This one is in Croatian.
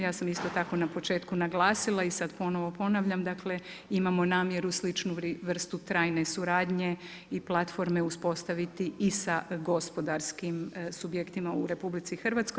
Ja sam isto tako na početku naglasila i sad ponovno ponavljam, dakle imamo namjeru sličnu vrstu trajne suradnje i platforme uspostaviti i sa gospodarskim subjektima u RH.